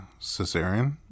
cesarean